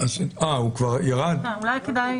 אולי זה שייך